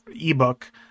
ebook